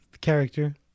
character